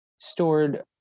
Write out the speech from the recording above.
stored